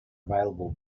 available